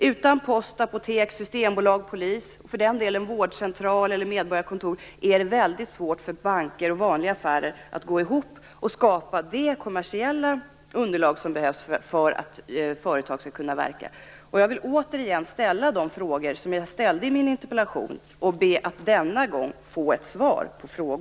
Utan post, apotek, systembolag, polis, vårdcentral och medborgarkontor är det väldigt svårt för banker och vanliga affärer att gå ihop och skapa det kommersiella underlag som behövs för att företag skall kunna verka. Jag vill återigen ställa de frågor som jag ställde i min interpellation och be att jag denna gång skall få ett svar på dem.